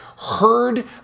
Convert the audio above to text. heard